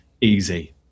easy